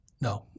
No